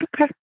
Okay